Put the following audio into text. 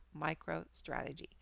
MicroStrategy